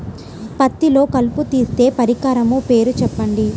పత్తిలో కలుపు తీసే పరికరము పేరు చెప్పండి